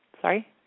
Sorry